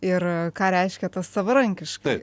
ir ką reiškia tas savarankiškai